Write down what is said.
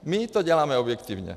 My to děláme objektivně.